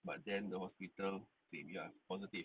but then the hospital say ya positive